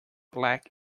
black